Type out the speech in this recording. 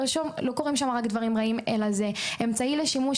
לא קורים שם רק דברים רעים, אלא זה אמצעי לשימוש.